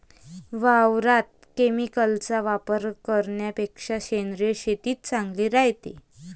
वावरात केमिकलचा वापर करन्यापेक्षा सेंद्रिय शेतीच चांगली रायते